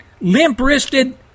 limp-wristed